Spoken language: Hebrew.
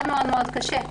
מאוד מאוד מאוד קשה.